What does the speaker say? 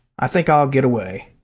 i think i'll get away.